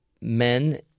men